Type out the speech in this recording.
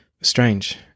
Strange